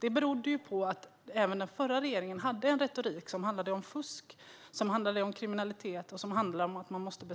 Det berodde på att även den förra regeringens retorik handlade om fusk och kriminalitet och om att man måste